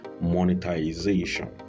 monetization